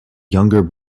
younger